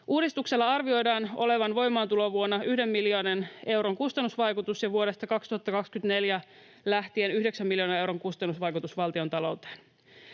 Uudistuksella arvioidaan olevan voimaantulovuonna 1 miljoonan euron kustannusvaikutus ja vuodesta 2024 lähtien 9 miljoonan euron kustannusvaikutus valtiontalouteen.